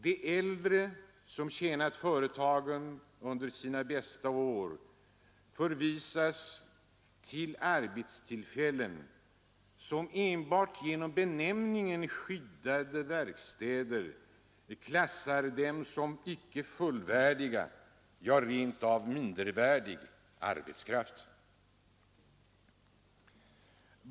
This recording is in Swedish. De äldre, som tjänat företagen under sina bästa år, förvisas till arbetstillfällen, som enbart genom benämningen ”skyddade verkstäder” klassar arbetstagarna som icke fullvärdig, ja rent av mindervärdig, arbetskraft.